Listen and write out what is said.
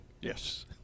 Yes